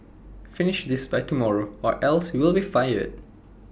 finish this by tomorrow or else you'll be fired